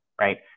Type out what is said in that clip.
Right